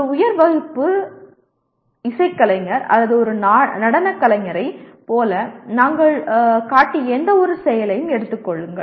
ஒரு உயர் வகுப்பு இசைக்கலைஞர் அல்லது ஒரு நடனக் கலைஞரைப் போல நாங்கள் காட்டிய எந்தவொரு செயலையும் எடுத்துக் கொள்ளுங்கள்